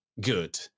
good